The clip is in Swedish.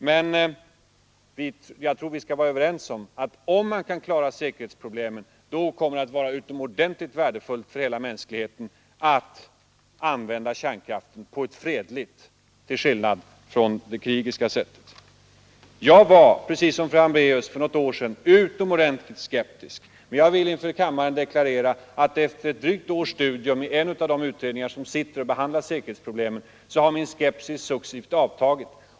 Men jag tror vi skall vara överens om att kan man klara säkerhetsproblemen, då kommer det att vara utomordentligt värdefullt för hela mänskligheten att använda kärnkraft för fredliga dvs. civila ändamål. Jag var, precis som fru Hambraeus, för något år sedan skeptisk till kärnkraften. Men jag vill inför kammaren deklarera, att efter ett drygt års studium i en av de utredningar som behandlar säkerhetsproblemen har min skepsis successivt avtagit.